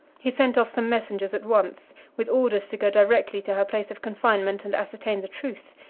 he sent off some messengers at once, with orders to go directly to her place of confinement and ascertain the truth,